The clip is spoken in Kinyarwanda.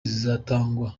zizatangwa